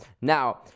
Now